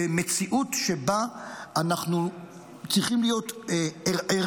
במציאות שבה אנחנו צריכים להיות ערים